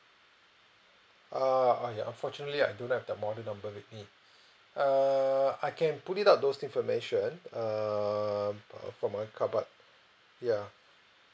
uh uh ya fortunately I don't have the model number with me err I can put it out those information err uh from my cupboard ya